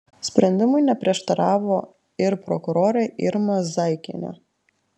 sprendimui neprieštaravo ir prokurorė irma zaikienė